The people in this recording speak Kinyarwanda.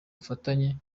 bufatanye